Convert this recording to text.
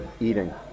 eating